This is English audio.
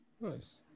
Nice